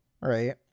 right